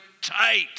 tight